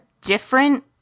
different